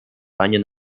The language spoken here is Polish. panie